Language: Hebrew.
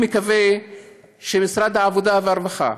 אני מקווה שמשרד העבודה והרווחה